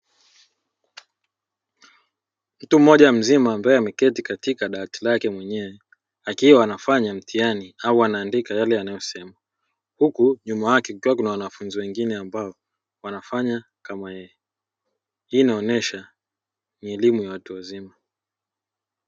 Mtu mmoja mzima ambaye ameketi katika dawati lake mwenyewe akiwa anafanya mtihani au anaandika yale yanayosemwa, huku nyuma yake kukiwa kuna wanafunzi wengine ambao wanafanya kama yeye, hii inaonesha ni elimu ya watu wazima.